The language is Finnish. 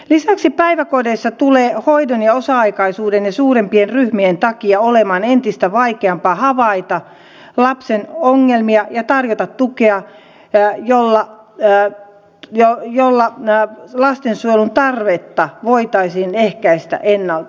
lisäksi päiväkodeissa tulee hoidon ja osa aikaisuuden ja suurempien ryhmien takia olemaan entistä vaikeampaa havaita lapsen ongelmia ja tarjota tukea jolla lastensuojelun tarvetta voitaisiin ehkäistä ennalta